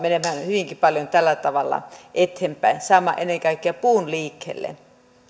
tällä tavalla menemään hyvinkin paljon eteenpäin saamme ennen kaikkea puun liikkeelle